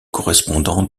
correspondant